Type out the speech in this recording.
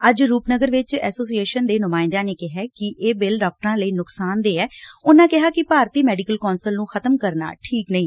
ਅੱਜ ਰੁਪਨਗਰ ਚ ਐਸੋਸੀਏਸ਼ਨ ਦੇ ਨੁਮਾਇੰਦਿਆਂ ਨੇ ਕਿਹੈ ਕਿ ਇਹ ਬਿੱਲ ਡਾਕਟਰਾਂ ਲਈ ਨੁਕਸਾਨਦੇਹ ਐ ਉਨਾਂ ਕਿਹਾ ਕਿ ਭਾਰਤੀ ਮੈਡੀਕਲ ਕੌਂਸਲ ਨੂੰ ਖ਼ਤਮ ਕਰਨਾ ਠੀਕ ਨਹੀ